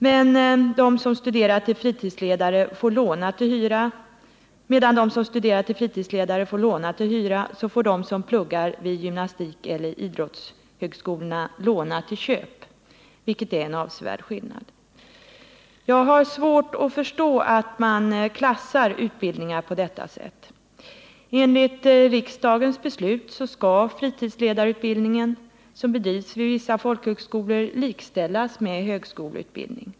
Medan de som studerar till fritidsledare får låna till hyra så får de som pluggar vid gymnastikeller idrottshögskolorna låna till köp, vilket är en avsevärd skillnad. Jag har svårt att förstå att man klassar utbildningar på detta sätt. Enligt riksdagens beslut skall fritidsledarutbildningen som bedrivs vid vissa folkhögskolor likställas med högskoleutbildning.